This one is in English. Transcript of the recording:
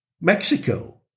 Mexico